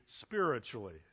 spiritually